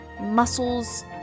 muscles